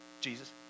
Jesus